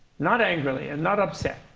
not angrily and not upset.